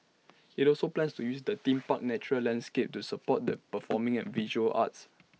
IT also plans to use the theme park's natural landscape to support the performing and visual arts